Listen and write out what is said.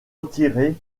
retirer